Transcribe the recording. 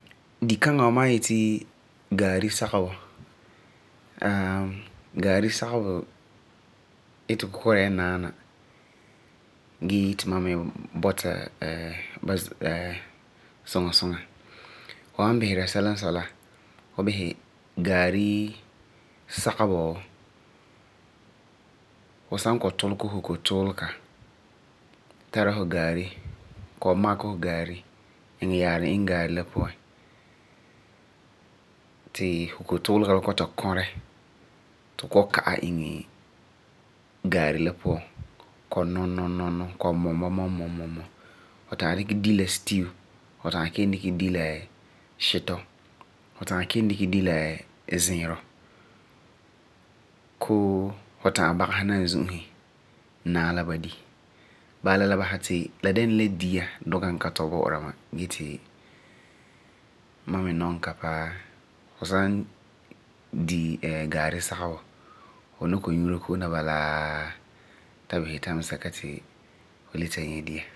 Dikana wa mam wa yeti gaari sagebɔ. gaari sagebɔ itegɔ kɔm dɛna la naana gee ti ma me bɔta ba suŋa suŋa. Fu san bisa sɛla n sɔi la, fu san bisɛ gaari sagebɔ, fu san kɔ'ɔm tara fu gaari, tara fu kotuulega, kɔ'ɔm makɛ fu gaari, iŋɛ yaarum iŋɛ gaari la puan, ti fu kotuulega la ta kuri ti fu kɔ'ɔm ka’ɛ iŋɛ gaari la puan kɔ’ɔm num num mɔm mɔm. Fu ta'am dikɛ di la stew, fu ta'am kelum dikɛ di la shito. Fu ta'am kelum dikɛ di la siirɔ koo fu ta'am bagesɛ naazu'usi naa la ba di. Bala la, la basɛba ti la dɛna la dia duka n ka tɔi bo'ora ma gee ti ma me nɔŋɛ ka paa. Fu san di gaari sagebɔ fu na kɔ'ɔm nyuura ko'om la bala ta bisɛ time sɛka ti fu la nyɛ dia.